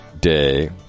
day